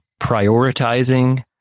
prioritizing